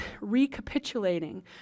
recapitulating